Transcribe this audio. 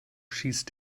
schießt